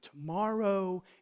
tomorrow